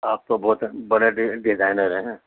آپ تو بہت بڑے ڈیزائنر ہیں